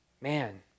Man